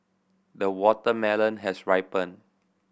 the watermelon has ripened